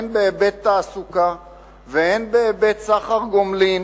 הן בהיבט תעסוקה והן בהיבט סחר גומלין